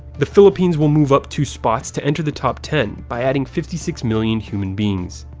the philippines will move up two spots to enter the top-ten by adding fifty six million human beings.